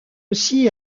aussi